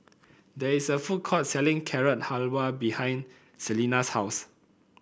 there is a food court selling Carrot Halwa behind Selina's house